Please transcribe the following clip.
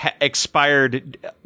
expired